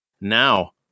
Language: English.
Now